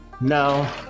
No